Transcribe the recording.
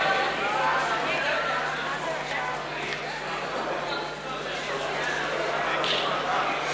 להסיר מסדר-היום את הצעת חוק עסקאות גופים ציבוריים (תיקון,